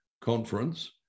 conference